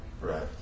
Right